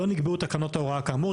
לא נקבעו תקנות הוראה כאמור,